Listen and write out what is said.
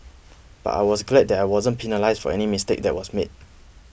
but I was glad that I wasn't penalised for any mistake that was made